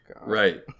Right